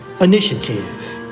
initiative